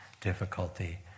difficulty